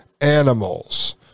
animals